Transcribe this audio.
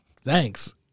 Thanks